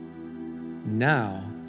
Now